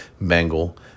Bengal